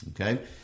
Okay